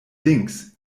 links